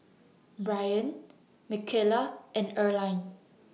Brien Michaela and Earline